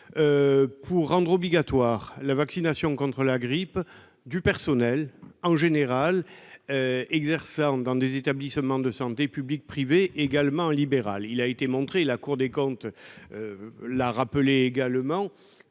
pour rendre obligatoire la vaccination contre la grippe du personnel, en général, exerçant dans des établissements de santé publics, privés, mais également en libéral. Il a été montré, et la Cour des comptes l'a rappelé,